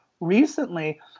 recently